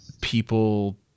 people